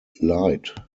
light